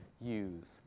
use